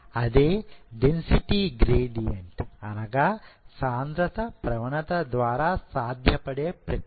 అదే density gradient అనగా సాంద్రత ప్రవణత ద్వారా సాధ్య పడే ప్రక్రియ